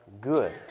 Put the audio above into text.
good